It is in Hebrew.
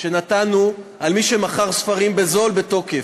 שנתנו למי שמכר ספרים בזול בתוקף.